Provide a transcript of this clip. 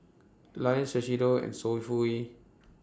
Lion Shiseido and Sofy E